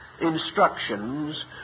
instructions